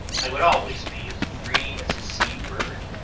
i would always be as free as a sea-bird.